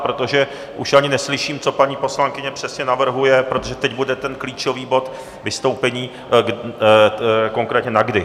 Protože už ani neslyším, co paní poslankyně přesně navrhuje, protože teď bude ten klíčový bod vystoupení, konkrétně na kdy.